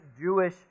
Jewish